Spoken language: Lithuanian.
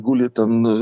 guli ten